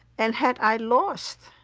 and had i lost,